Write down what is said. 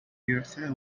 yourself